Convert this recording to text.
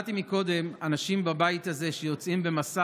שמעתי קודם אנשים בבית הזה שיוצאים במסע